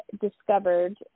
discovered